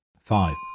Five